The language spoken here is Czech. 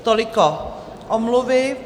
Toliko omluvy.